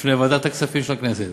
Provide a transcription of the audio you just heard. בפני ועדת הכספים של הכנסת